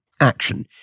action